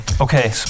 Okay